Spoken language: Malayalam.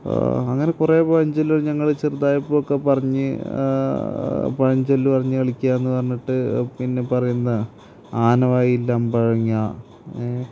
അങ്ങനെ കുറേ പഴഞ്ചൊല്ലുകൾ ഞങ്ങൾ ചെറുതായപ്പോഴൊക്കെ പറഞ്ഞ് പഴഞ്ചൊല്ല് പറഞ്ഞ് കളിക്കുക എന്ന് പറഞ്ഞിട്ട് പിന്നെ പറയുന്ന ആന വായിൽ അമ്പഴങ്ങ ഏ